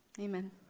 Amen